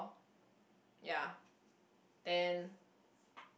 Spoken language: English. ya then